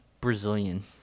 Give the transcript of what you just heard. Brazilian